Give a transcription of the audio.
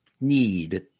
need